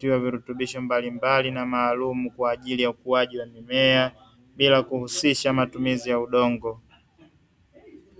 Virutubisho mbalimbali na maalumu, kwa ajili ya ukuaji wa mimea bila kuhusisha matumizi ya udongo.